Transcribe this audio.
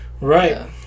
Right